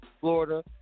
Florida